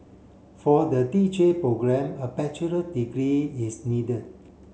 for the D J programme a bachelor degree is needed